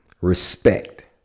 Respect